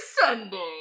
Sunday